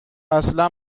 اصلا